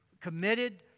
committed